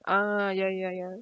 ah ya ya ya